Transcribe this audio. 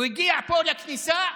הוא הגיע לפה לכניסה,